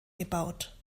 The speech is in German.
gebaut